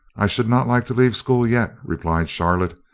i should not like to leave school yet, replied charlotte,